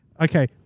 Okay